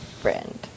Friend